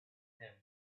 him